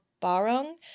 barong